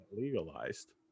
legalized